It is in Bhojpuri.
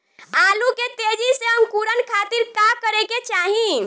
आलू के तेजी से अंकूरण खातीर का करे के चाही?